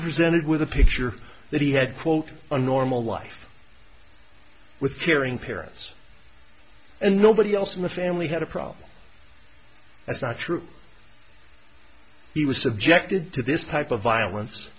presented with a picture that he had quote a normal life with caring parents and nobody else in the family had a problem that's not true he was subjected to this type of violence